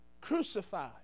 crucified